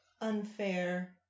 unfair